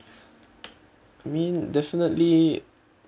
I mean definitely